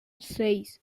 seis